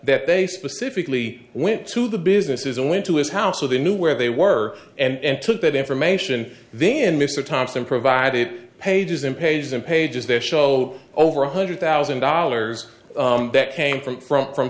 that they specifically went to the businesses and went to his house so they knew where they were and took that information then mr thompson provided pages and pages and pages they show over one hundred thousand dollars that came from the front from